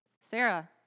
Sarah